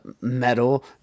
metal